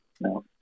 no